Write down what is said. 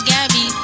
Gabby